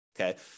okay